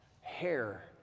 hair